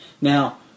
Now